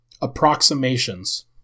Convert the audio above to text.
approximations